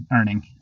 earning